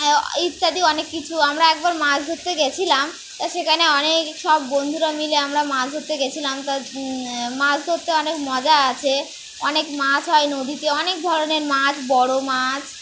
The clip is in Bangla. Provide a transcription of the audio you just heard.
ইত্যাদি অনেক কিছু আমরা একবার মাছ ধরতে গিয়েছিলাম তা সেখানে অনেক সব বন্ধুরা মিলে আমরা মাছ ধরতে গিয়েছিলাম তার মাছ ধরতে অনেক মজা আছে অনেক মাছ হয় নদীতে অনেক ধরনের মাছ বড়ো মাছ